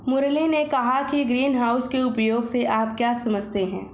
मुरली ने कहा कि ग्रीनहाउस के उपयोग से आप क्या समझते हैं?